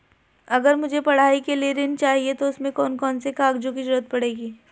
अगर मुझे पढ़ाई के लिए ऋण चाहिए तो उसमें कौन कौन से कागजों की जरूरत पड़ेगी?